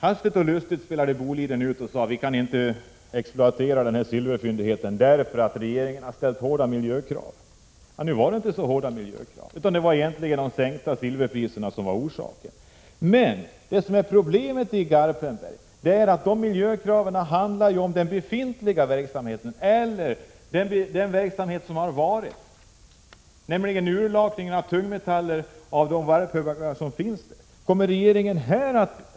Hastigt och lustigt gjorde Boliden ett utspel, och man sade: Vi kan inte exploatera silverfyndigheten, därför att regeringen har ställt hårda miljökrav. Men miljökraven är inte så hårda. Den egentliga orsaken var i stället sjunkande silverpriser. Problemet i Garpenberg är att miljökraven gäller den befintliga verksamheten, eller den verksamhet som har funnits — nämligen urlakningen av de tungmetaller som förekommer där. Kommer regeringen att här ha en helhetssyn?